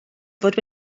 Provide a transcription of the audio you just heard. fod